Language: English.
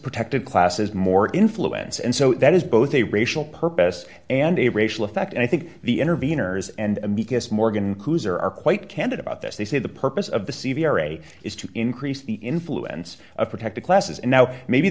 protected classes more influence and so that is both a racial purpose and a racial effect and i think the interveners and amicus morgan kooser are quite candid about this they say the purpose of the c v r a is to increase the influence of protected classes and now maybe